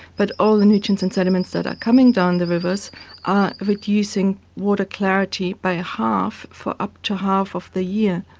but all the nutrients and sediments that are coming down the rivers are reducing water clarity by a half for up to half of the year.